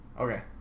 okay